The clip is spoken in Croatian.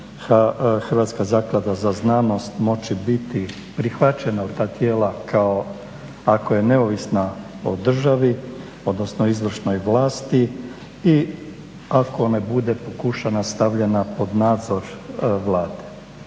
Hrvatska zaklada za znanost moći biti prihvaćena u ta tijela ako je neovisna po državi, odnosno izvršnoj vlasti i ako ne bude pokušana biti stavljena pod nadzor Vlade.